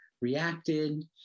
reacted